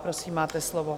Prosím, máte slovo.